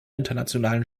internationalen